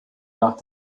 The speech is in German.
nach